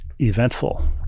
eventful